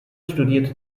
studierte